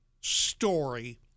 story